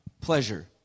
pleasure